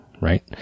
right